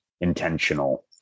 intentional